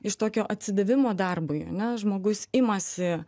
iš tokio atsidavimo darbui ane žmogus imasi